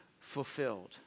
fulfilled